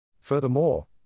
Furthermore